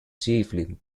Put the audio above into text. chiefly